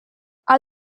are